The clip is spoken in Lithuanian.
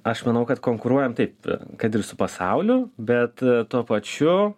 aš manau kad konkuruojam taip kad ir su pasauliu bet tuo pačiu